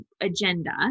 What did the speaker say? agenda